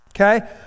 okay